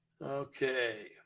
Okay